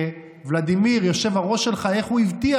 שוולדימיר, היושב-ראש שלך, איך הוא הבטיח,